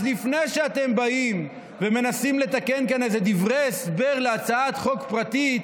אז לפני שאתם באים ומנסים לתקן כאן דברי הסבר להצעת חוק פרטית,